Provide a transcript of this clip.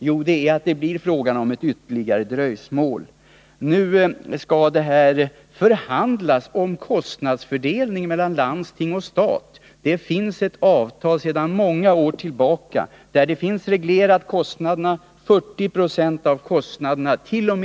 Jo, att det blir fråga om ett ytterligare dröjsmål. Det skall nu förhandlas om kostnadsfördelningen mellan landsting och stat. Det finns ett avtal sedan många år tillbaka, där kostnaderna är reglerade.